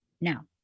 Now